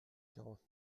quarante